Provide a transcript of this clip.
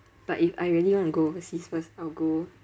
but if I really want to go overseas first I'll go